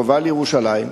קרובה לירושלים.